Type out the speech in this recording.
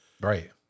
Right